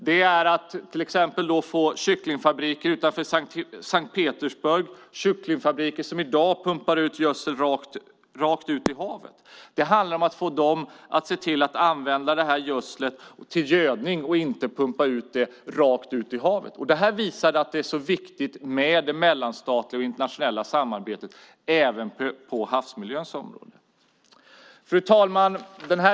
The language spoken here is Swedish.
Det är att se till att få kycklingfabriker utanför Sankt Petersburg som i dag pumpar ut gödsel rakt ut i havet att i stället använda gödslet till gödning. Detta visar att det är viktigt med det mellanstatliga och internationella samarbetet även på havsmiljöns område. Fru talman!